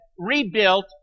rebuilt